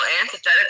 antithetical